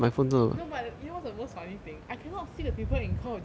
you know what you know what's the most funny thing I cannot see the people in call of duty